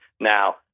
now